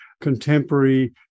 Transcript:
contemporary